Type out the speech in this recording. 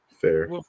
Fair